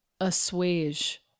assuage